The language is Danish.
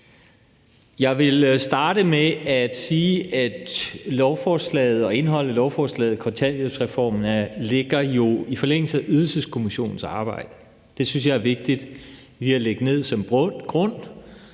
Jeg vil starte med at sige, at lovforslaget og indholdet i lovforslaget, kontanthjælpsreformen, ligger i forlængelse af Ydelseskommissionens arbejde. Det synes jeg er vigtigt lige at lægge ned som grund,